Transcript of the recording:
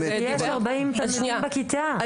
יש לה 40 תלמידים בכיתה.